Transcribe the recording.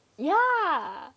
ya